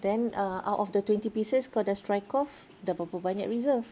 then uh out of the twenty pieces kau dah strike off dah berapa banyak reserve